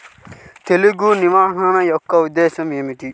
తెగులు నిర్వహణ యొక్క ఉద్దేశం ఏమిటి?